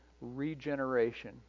regeneration